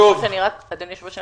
אדוני היושב-ראש,